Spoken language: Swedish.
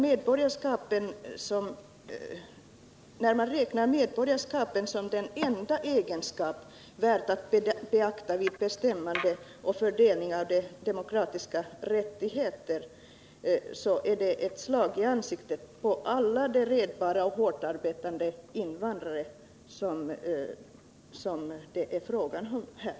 Men när man räknar medborgarskap som den enda egenskap värd att beakta vid bestämmande och fördelning av demokratiska rättigheter, så är det ett slag i ansiktet på alla redbara och hårt arbetande invandrare som det är fråga om här.